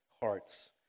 Hearts